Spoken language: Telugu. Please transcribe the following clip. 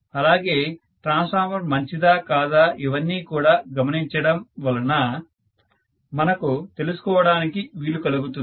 అలాగే ట్రాన్స్ఫార్మర్ మంచిదా కాదా ఇవన్నీ కూడా గమనించడం వలన మనకు తెలుసుకోవడానికి వీలు పడుతుంది